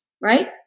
right